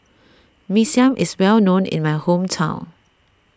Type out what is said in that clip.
Mee Siam is well known in my hometown